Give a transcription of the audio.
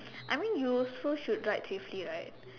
I mean you also should ride safely right